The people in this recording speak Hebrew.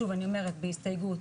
שוב אני אומרת בהסתייגות,